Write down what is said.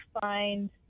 find